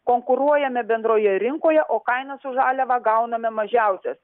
konkuruojame bendroje rinkoje o kainas už žaliavą gauname mažiausias